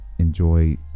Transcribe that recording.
Enjoy